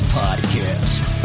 podcast